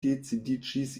decidiĝis